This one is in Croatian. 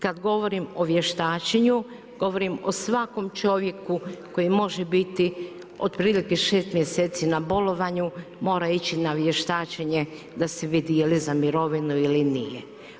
Kada govorim o vještačenju govorim o svakom čovjeku koji može biti otprilike šest mjeseci na bolovanju mora ići na vještačenje da se vidi jeli za mirovinu ili nije.